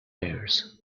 wares